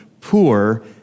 poor